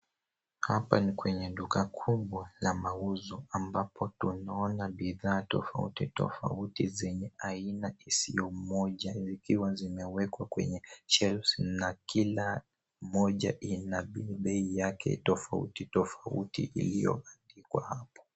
Hapa ni kwenye duka kubwa la mauzo ambapo tunaona bidhaa tofautitofauti zenye aina isiyo moja, vikiwa zimewekwa kwenye shelves na kila moja ina bei yake tofautitofauti iliyoandikwa hapo.